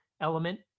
element